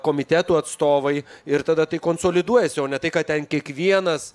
komitetų atstovai ir tada tai konsoliduojasi o ne tai ką ten kiekvienas